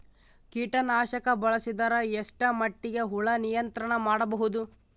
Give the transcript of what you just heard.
ಕೀಟನಾಶಕ ಬಳಸಿದರ ಎಷ್ಟ ಮಟ್ಟಿಗೆ ಹುಳ ನಿಯಂತ್ರಣ ಮಾಡಬಹುದು?